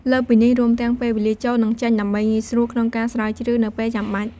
លើសពីនេះ រួមទាំងពេលវេលាចូល និងចេញ ដើម្បីងាយស្រួលក្នុងការស្រាវជ្រាវនៅពេលចាំបាច់។